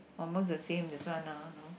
almost the same this one ah no